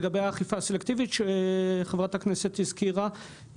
לגבי האכיפה הסלקטיבית שחברת הכנסת הזכירה,